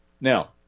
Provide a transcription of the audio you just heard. Now